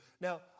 Now